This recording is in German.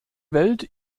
welt